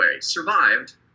Survived